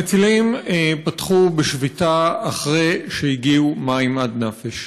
המצילים פתחו בשביתה אחרי שהגיעו מים עד נפש.